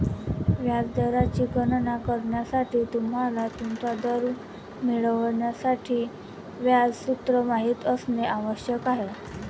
व्याज दराची गणना करण्यासाठी, तुम्हाला तुमचा दर मिळवण्यासाठी व्याज सूत्र माहित असणे आवश्यक आहे